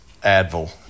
Advil